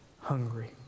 hungry